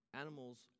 Animals